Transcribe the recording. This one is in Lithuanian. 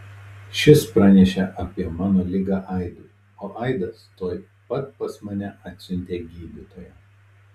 šis pranešė apie mano ligą aidui o aidas tuoj pat pas mane atsiuntė gydytoją